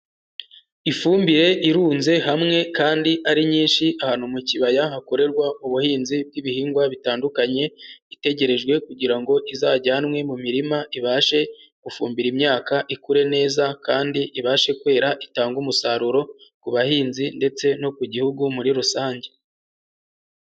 Ifumbire irunze hamwe kandi ari nyinshi ahantu mu kibaya hakorerwa ubuhinzi bw'ibihingwa bitandukanye, itegerejwe kugira ngo izajyanwe mu mirima ibashe gufumbira imyaka ikure neza kandi ibashe kwera, itangage umusaruro ku bahinzi ndetse no ku gihugu muri rusange.